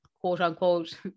quote-unquote